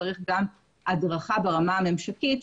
צריך גם הדרכה ברמה הממשקית,